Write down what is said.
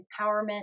empowerment